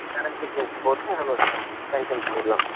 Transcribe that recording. parents signature போட்டு நம்ம sanction பண்ணிரலாம்